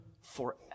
forever